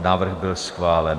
Návrh byl schválen.